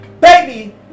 baby